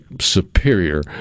superior